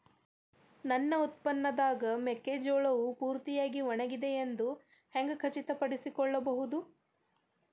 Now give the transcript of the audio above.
ನನ್ನ ಉತ್ಪನ್ನವಾದ ಮೆಕ್ಕೆಜೋಳವು ಪೂರ್ತಿಯಾಗಿ ಒಣಗಿದೆ ಎಂದು ಹ್ಯಾಂಗ ಖಚಿತ ಪಡಿಸಿಕೊಳ್ಳಬಹುದರೇ?